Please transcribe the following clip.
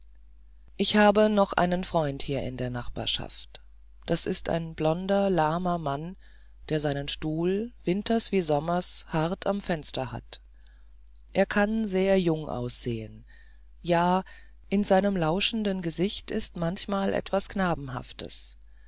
ich habe noch einen freund hier in der nachbarschaft das ist ein blonder lahmer mann der seinen stuhl winters wie sommers hart am fenster hat er kann sehr jung aussehen ja in seinem lauschenden gesicht ist manchmal etwas